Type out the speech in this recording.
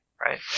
Right